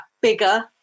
bigger